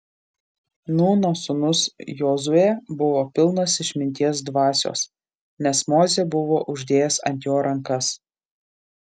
nūno sūnus jozuė buvo pilnas išminties dvasios nes mozė buvo uždėjęs ant jo rankas